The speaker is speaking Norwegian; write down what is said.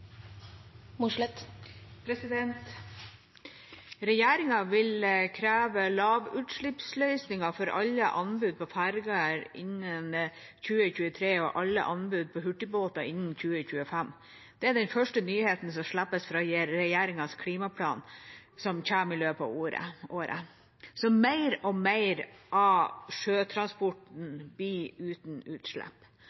Regjeringa vil kreve lavutslippsløsninger for alle anbud på ferjer innen 2023 og alle anbud på hurtigbåter innen 2025. Det er den første nyheten som slippes fra regjeringas klimaplan, som kommer i løpet av året. Så mer og mer av